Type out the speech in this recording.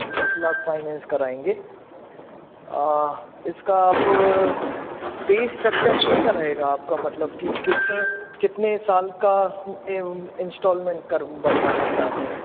दस लाख फ़ाइनैंस कराएँगे आह इसका आप पे स्ट्रक्चर कैसा रहेगा आपका मतलब कि किस कितने साल का इंसटॉलमेंट कर बनवाना चाहते हैं